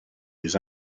des